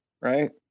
right